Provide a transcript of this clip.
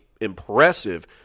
impressive